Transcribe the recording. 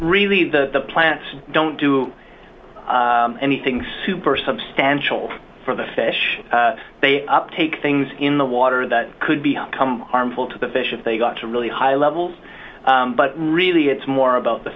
really the plants don't do anything super substantial for the fish they uptake things in the water that could be come harmful to the fish if they got to really high levels but really it's more about the